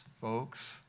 Folks